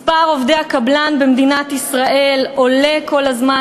מספר עובדי הקבלן במדינת ישראל עולה כל הזמן,